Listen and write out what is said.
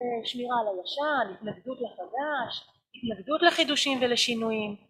שמירה על הלשון, התנגדות לחדש, התנגדות לחידושים ולשינויים